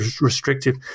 restrictive